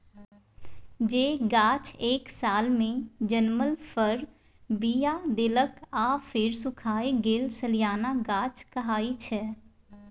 जे गाछ एक सालमे जनमल फर, बीया देलक आ फेर सुखाए गेल सलियाना गाछ कहाइ छै